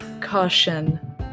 caution